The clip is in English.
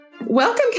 Welcome